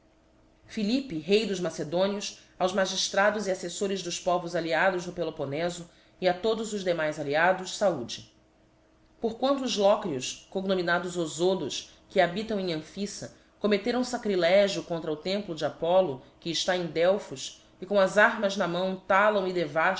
philippe rei dos macedonios aos magiílrados e affeflbres dos povos alliados no peloponefo e a todos os demais alliados faude por quanto os locrios cognominados ozolos que habitam em amphiíta commetteram facrilegio contra o templo de apouo que ellá em delphos e com as armas na mão talam